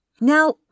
Now